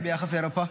איך זה ביחס לאירופה?